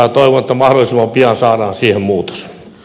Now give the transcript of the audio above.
toivon että mahdollisimman pian saadaan siihen muutos